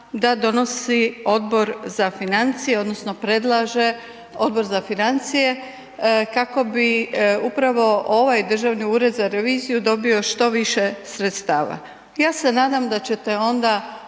da donosi Odbor za financije, odnosno, predlaže, odnosno, predlaže Odbor za financije, kako bi upravo, ovaj Državni ured za reviziju dobio što više sredstava. Ja se nadam da ćete onda